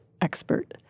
expert